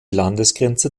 landesgrenze